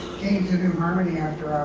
came to new harmony after